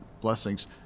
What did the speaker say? blessings